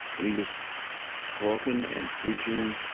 and he was talking and preaching